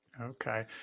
Okay